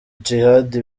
djihad